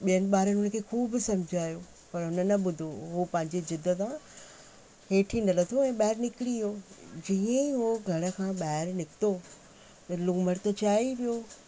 ॿिअनि ॿारनि हुनखे खूब सम्झायो पर हुन न ॿुधो उहो पंहिंजी जिद तां हेठि ई न लथो ऐं ॿाहिरि निकिरी वियो जीअं ई उहो घर खां ॿाहिरि निकितो त लूमड़ त चाहे पियो